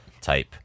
type